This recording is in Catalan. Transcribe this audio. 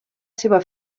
seva